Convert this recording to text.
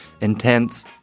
intense